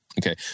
Okay